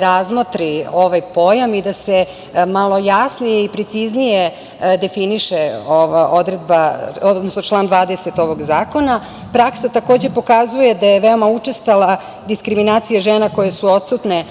razmotri ovaj pojam i da se malo jasnije i preciznije definiše član 20. ovog zakona. Praksa takođe pokazuje da je veoma učestala diskriminacija žena koje su odsutne